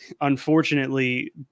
unfortunately